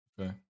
Okay